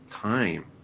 time